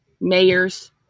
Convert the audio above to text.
mayors